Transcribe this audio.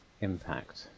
impact